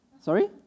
Sorry